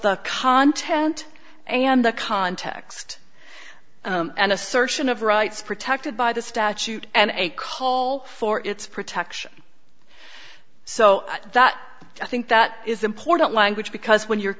the content and the context and assertion of rights protected by the statute and a call for its protection so that i think that is important language because when you're